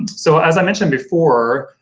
so as i mentioned before,